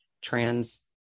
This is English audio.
trans